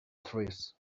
trees